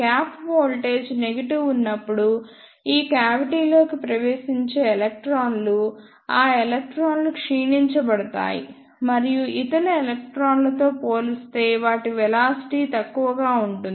gap voltage negative ఉన్నప్పుడు ఈ cavity లోకి ప్రవేశించే ఎలక్ట్రాన్లు ఆ ఎలక్ట్రాన్లు క్షీణించబడతాయి మరియు ఇతర ఎలక్ట్రాన్లతో పోలిస్తే వాటి వెలాసిటీ తక్కువగా ఉంటుంది